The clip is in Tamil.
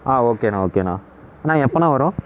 ஆ ஓகேண்ணா ஓகேண்ணா அண்ணா எப்போண்ணா வரும்